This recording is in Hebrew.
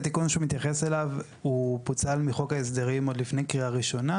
התיקון שהוא מתייחס אליו הוא פוצל מחוק ההסדרים עוד לפני קריאה ראשונה,